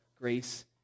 grace